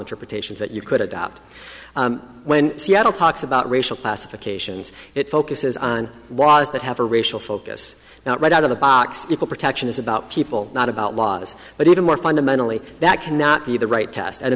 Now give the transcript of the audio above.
interpretations that you could adopt when seattle talks about racial classifications it focuses on laws that have a racial focus now right out of the box equal protection is about people not about laws but even more fundamentally that cannot be the right test at a